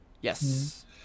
Yes